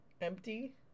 Empty